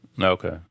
Okay